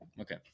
Okay